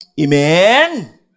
Amen